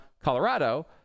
Colorado